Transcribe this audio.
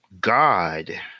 God